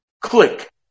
Click